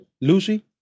Lucy